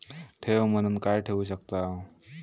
ठेव म्हणून काय ठेवू शकताव?